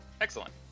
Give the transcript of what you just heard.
Excellent